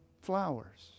flowers